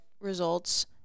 results